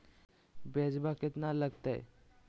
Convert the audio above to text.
ब्यजवा केतना लगते?